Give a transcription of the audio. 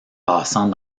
passant